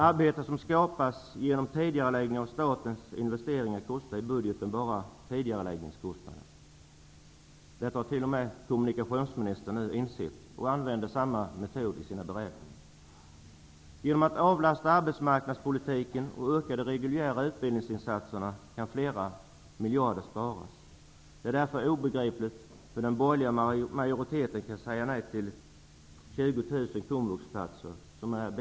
Arbete som skapas genom tidigareläggning av statens investeringar kostar i budgeten bara tidigareläggningskostnaden. Detta har t.o.m. kommunikationsministern insett och använder samma metod i sina beräkningar. Genom att avlasta arbetsmarknadspolitiken och öka de reguljära utbildningsinsatserna kan flera miljarder kronor sparas. Det är därför obegripligt hur den borgerliga majoriteten kan säga nej till platser.